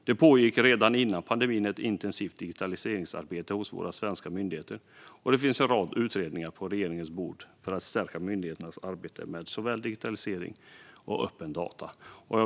Det pågick redan före pandemin ett intensivt digitaliseringsarbete hos våra svenska myndigheter, och det finns en rad utredningar på regeringens bord för att stärka myndigheternas arbete med såväl digitalisering som öppna data.